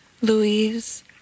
Louise